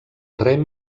rem